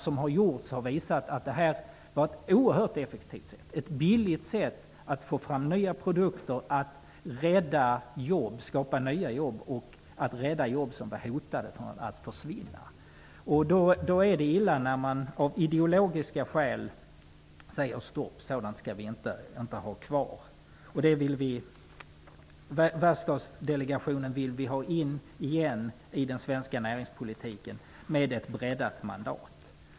Utvärderingar har visat att denna delegation var oerhört effektiv och billig när det gällde att få fram nya produkter, skapa nya jobb och rädda jobb som var hotade att försvinna. Då är det illa att av ideologiska skäl säga att delegationen inte skall vara kvar. Vi vill ha in verkstadsdelegationen i den svenska näringspolitiken igen, med ett breddat mandat.